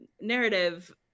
narrative